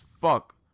fuck